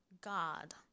God